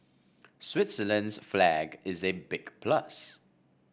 Switzerland's flag is a big plus